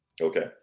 Okay